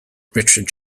richard